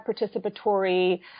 participatory